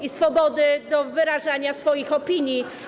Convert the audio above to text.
i swobody wyrażania swoich opinii.